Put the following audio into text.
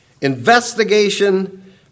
Investigation